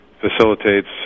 facilitates